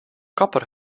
kapper